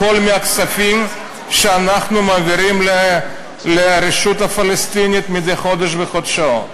הכול מהכספים שאנחנו מעבירים לרשות הפלסטינית מדי חודש בחודשו.